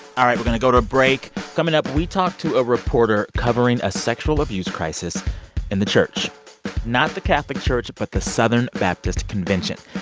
all right, we're going go to break. coming up, we talk to a reporter covering a sexual abuse crisis in the church not the catholic church but the southern baptist convention.